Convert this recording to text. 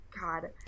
God